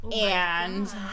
and-